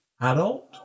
adult